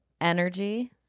Energy